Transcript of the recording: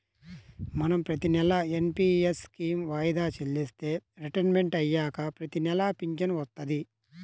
మనం ప్రతినెలా NPS scheme వాయిదా చెల్లిస్తే రిటైర్మంట్ అయ్యాక ప్రతినెలా పింఛను వత్తది